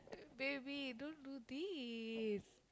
baby don't do this